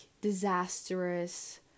disastrous